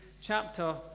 chapter